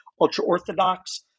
ultra-Orthodox